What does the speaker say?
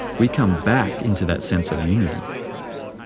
we come back into that sense of unity.